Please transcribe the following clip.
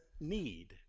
need